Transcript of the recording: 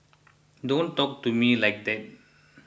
don't talk to me like that